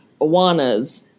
Awanas